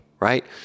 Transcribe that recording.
right